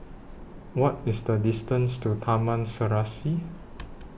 What IS The distance to Taman Serasi